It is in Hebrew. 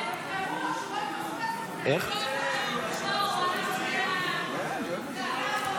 --- הוא פה, הוא פה.